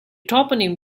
toponym